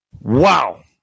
Wow